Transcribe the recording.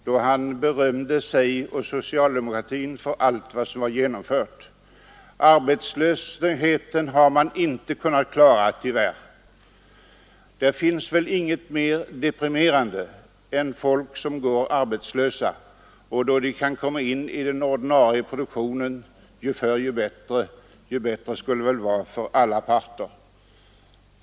Det finns 4 juni 1973 Med anledning av herr Palmes anförande från denna talarstol, då han berömde sig och socialdemokratin för allt som genomförts, vill jag gärna inget mera deprimerande än folk som går arbetslösa. Ju förr de kan 5 Den ekonomiska komma in i den ordinarie produktionen, desto bättre skulle det väl vara nå politiken m.m. för alla parter.